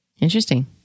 Interesting